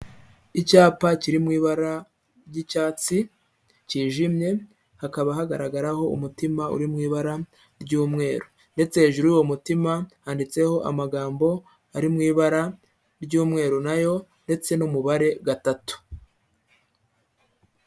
Icyapa kiri mu ibara ry'icyatsi cyijimye, hakaba hagaragaraho umutima uri mu ibara ry'umweru ndetse hejuru y'uwo mutima handitseho amagambo ari mu ibara ry'umweru na yo ndetse n'umubare gatatu.